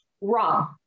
Wrong